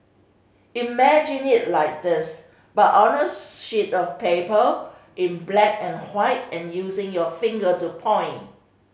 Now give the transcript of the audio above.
imagine it like this but on a sheet of paper in black and and using your finger to point